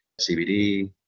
cbd